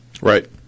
Right